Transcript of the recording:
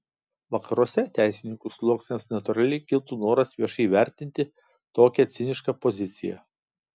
vakaruose teisininkų sluoksniams natūraliai kiltų noras viešai įvertinti tokią cinišką poziciją